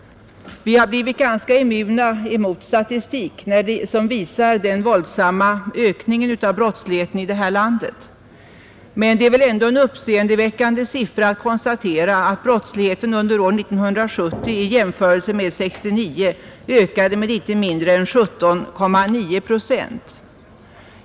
Vi har blivit ganska immuna mot statistik, som visar den våldsamma ökningen av brottsligheten i det här landet, men det är väl ändå en uppseendeväckande siffra att brottsligheten under år 1970 i jämförelse med 1969 ökade med inte mindre än 17,9 procent.